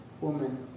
woman